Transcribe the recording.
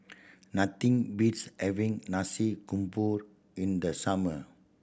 nothing beats having Nasi Campur in the summer